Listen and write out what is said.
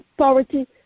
authority